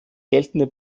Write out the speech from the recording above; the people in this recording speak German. geltende